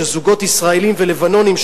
שזוגות ישראלים ולבנונים,